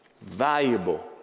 valuable